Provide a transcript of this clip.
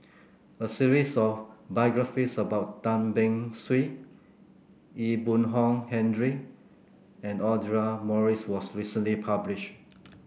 a series of biographies about Tan Beng Swee Ee Boon Kong Henry and Audra Morrice was recently published